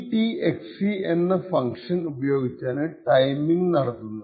rdtsc എന്ന function ഉപയോഗിച്ചാണ് timing നടത്തുന്നത്